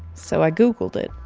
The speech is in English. so i googled it